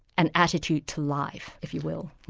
an attitude to life, if you will.